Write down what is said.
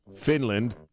Finland